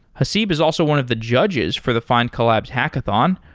haseeb is also one of the judges for the findcollabs hackathon.